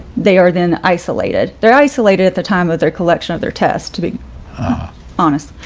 they are then isolated, they're isolated at the time of their collection of their test, to be honest.